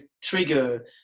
trigger